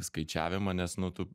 skaičiavimą nes nu tu